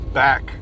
back